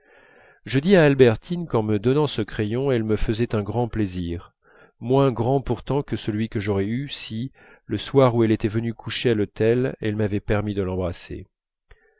je dis à albertine qu'en me donnant ce crayon elle me faisait un grand plaisir moins grand pourtant que celui que j'aurais eu si le soir où elle était venue coucher à l'hôtel elle m'avait permis de l'embrasser